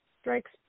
Strikes